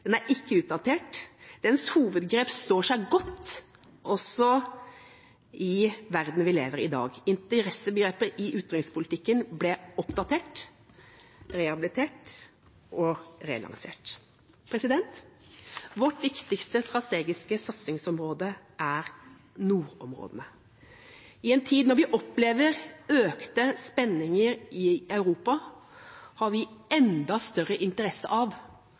Den er ikke utdatert. Dens hovedgrep står seg godt også i verdenen vi lever i i dag. Interessebegreper i utenrikspolitikken ble oppdatert, rehabilitert og relansert. Vårt viktigste strategiske satsingsområde er nordområdene. I en tid da vi opplever økte spenninger i Europa, har vi enda større interesse av